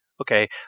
okay